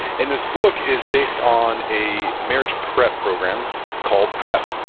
and this book is based on a marriage prep program called prep.